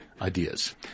Ideas